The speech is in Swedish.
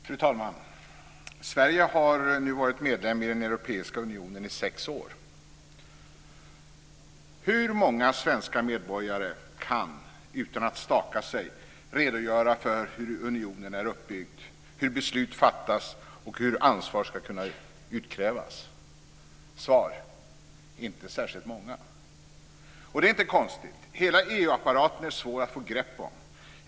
Fru talman! Sverige har nu varit medlem i den europeiska unionen i sex år. Hur många svenska medborgare kan utan att staka sig redogöra för hur unionen är uppbyggd, hur beslut fattas och hur ansvar ska kunna utkrävas? Svaret är: inte särskilt många. Och det är inte konstigt. Hela EU-apparaten är svår att få grepp om.